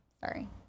Sorry